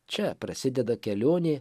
čia prasideda kelionė